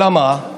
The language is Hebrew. אלא מה,